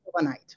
overnight